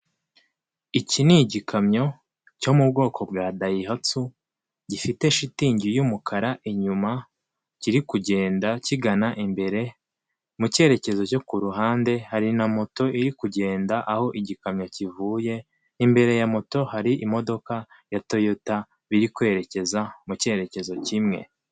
Iki ni igikamyo cyo mu bwoko bwa dayihatsu, gifite shitingi y'umukara, inyuma kiri kugenda kigana imbere mu kerekezo cyo kuhande, hari na moto iri kugenda, aho igikamyo kivuye, imbere ya moto hari imodoka ya toyota, biri kwerekeza mu kerekezo kimwe.